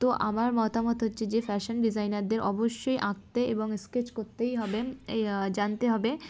তো আমার মতামত হচ্ছে যে ফ্যাশান ডিজাইনারদের অবশ্যই আঁকতে এবং স্কেচ করতেই হবে জানতে হবে